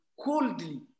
coldly